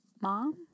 Mom